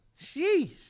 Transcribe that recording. sheesh